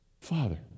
Father